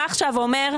אתה בא ואומר: